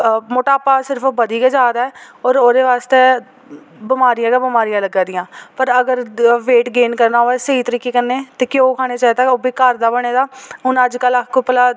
अ मोटापा सिर्फ बधी गै जा दा ऐ ते ओह्दे बास्तै बमारियां गै बमारियां लग्गा दियां पर अगर वेट गेन करना होऐ स्हेई तरीके कन्नै ते घ्योऽ खाना चाहिदा ओह् बी घर दा बने दा हून अज्जकल आक्खो भला